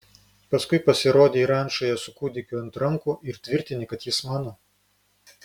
paskui pasirodei rančoje su kūdikiu ant rankų ir tvirtini kad jis mano